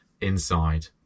inside